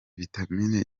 vitamine